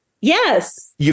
Yes